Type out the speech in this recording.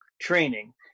training